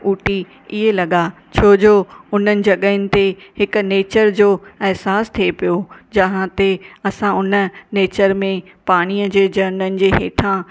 ऊटी इहे लॻा छो जो हुननि जॻहियुनि ते हिकु नेचर जो अहसासु थिए पियो जहां ते असां उन नेचर में पाणीअ जे झरननि जे हेठा